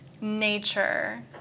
nature